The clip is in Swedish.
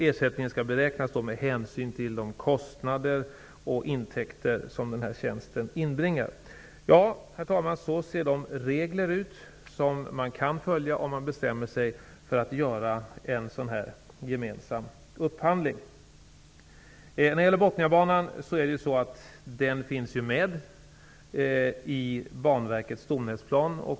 Ersättningen skall beräknas med hänsyn till de kostnader och intäkter som den här tjänsten medför. Så ser de regler ut som man kan följa om man bestämmer sig för att göra en gemensam upphandling, herr talman.